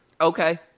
Okay